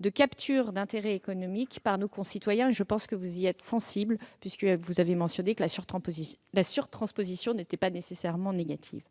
de capture d'intérêts économiques par nos concitoyens. Je pense que vous y êtes sensible, puisque vous avez affirmé que la surtransposition n'était pas nécessairement négative.